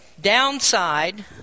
downside